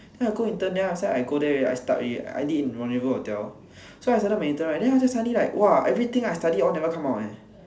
then I go intern then after that I go there I start already I did in rendezvous hotel so I started my intern right then after that suddenly like !wah! everything I study all never come out leh